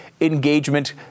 engagement